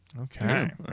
okay